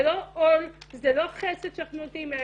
זה לא עול, זה לא חסד שאנחנו נותנים.